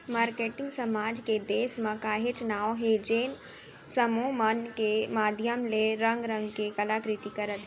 marketing समाज के देस म काहेच नांव हे जेन समूह मन के माधियम ले रंग रंग के कला कृति करत हे